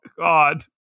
God